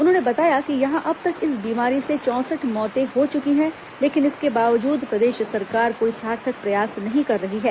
उन्होंने बताया कि यहां अब तक इस बीमारी से चौंसठ मौतें हो चुकी हैं लेकिन इसके बावजूद प्रदेश सरकार कोई सार्थक प्रयास नहीं कर रही है